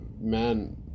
man